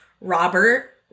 Robert